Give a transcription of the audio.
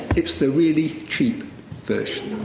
it's the really cheap version.